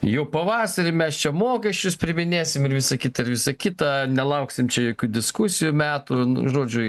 jau pavasarį mes čia mokesčius priiminėsim ir visa kita ir visa kita nelauksim čia jokių diskusijų metų nu žodžiu